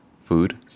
food